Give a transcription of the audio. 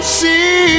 see